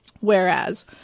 Whereas